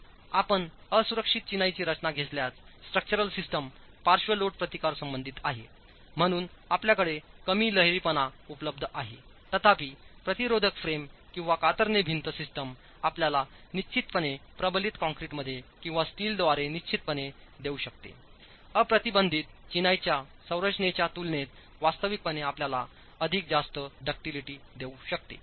जर आपण असुरक्षित चिनाईची रचना घेतल्यासस्ट्रक्चरल सिस्टम पार्श्व लोड प्रतिकार संबंधित आहे म्हणून आपल्याकडे कमी लहरीपणा उपलब्ध आहेतथापि प्रतिरोधक फ्रेम किंवाकातरणे भिंत सिस्टीम आपल्याला निश्चितपणे प्रबलित कंक्रीटमध्ये किंवास्टीलद्वारेनिश्चितपणे देऊ शकतेअप्रतिबंधित चिनाईच्या संरचनेच्या तुलनेतवास्तविकपणे आपल्याला अधिक जास्त डक्टीलिटीदेऊ शकते